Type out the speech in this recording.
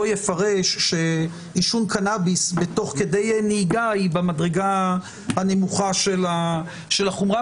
לא יפרש שעישון קנאביס תוך כדי הנהיגה היא במדרגה הנמוכה של החומרה.